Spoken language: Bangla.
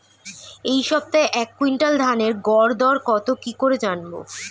এই সপ্তাহের এক কুইন্টাল ধানের গর দর কত কি করে জানবো?